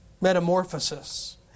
Metamorphosis